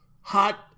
hot